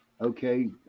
okay